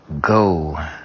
go